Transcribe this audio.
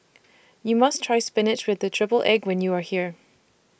YOU must Try Spinach with The Triple Egg when YOU Are here